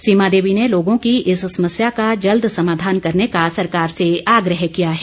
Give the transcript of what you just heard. सीमा देवी ने लोगों की इस समस्या का जल्द समाधान करने का सरकार से आग्रह किया है